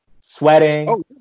Sweating